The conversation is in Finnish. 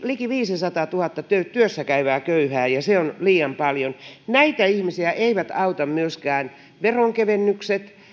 liki viidessäsadassatuhannessa työssä käyvää köyhää on liian paljon näitä ihmisiä eivät auta myöskään veronkevennykset